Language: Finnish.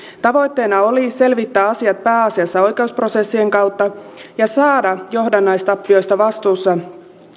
tavoitteena oli selvittää asiat pääasiassa oikeusprosessien kautta ja saada johdannaistappioista vastuussa